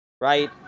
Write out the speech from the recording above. right